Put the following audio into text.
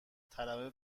طلب